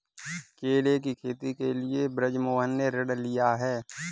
केले की खेती के लिए बृजमोहन ने ऋण लिया है